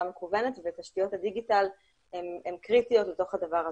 מקוונת ותשתיות הדיגיטל הן קריטיות בתוך הדבר הזה.